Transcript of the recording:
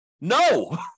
No